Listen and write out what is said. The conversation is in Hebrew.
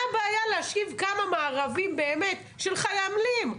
מה הבעיה להשכיב כמה מארבים באמת של חיילים?